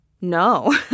No